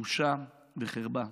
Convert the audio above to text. בושה וחרפה.